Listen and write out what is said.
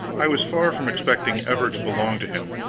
i was far from expecting ever to belong to him,